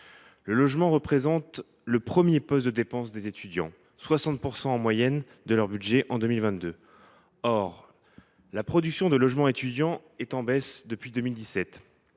Le logement représente leur premier poste de dépenses : 60 % en moyenne de leur budget en 2022. Or la production de logements étudiants est en baisse depuis 2017